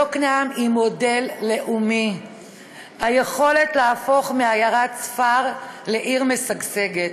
יוקנעם היא מודל לאומי של יכולת להפוך מעיירת ספר לעיר משגשגת.